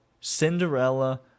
Cinderella